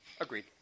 Agreed